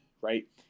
Right